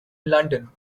london